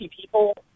people